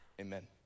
amen